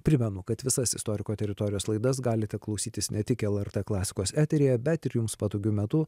primenu kad visas istoriko teritorijos laidas galite klausytis ne tik lrt klasikos eteryje bet ir jums patogiu metu